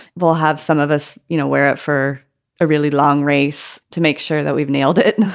we'll have some of us, you know, wear it for a really long race to make sure that we've nailed it